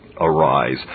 Arise